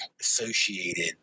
associated